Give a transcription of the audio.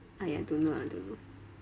!aiya! don't know lah don't know